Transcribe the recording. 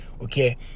Okay